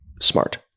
smart